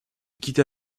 quitta